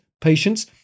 patients